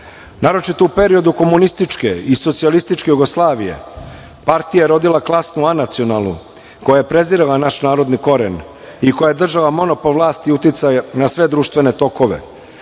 istoriji. Naročito u periodu komunističke i socijalističke Jugoslavije partija je rodila klasnu anacionalnu, koja je prezirala naš narodni koren i koja je držala monopol vlasti i uticaja na sve društvene tokove.